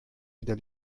wieder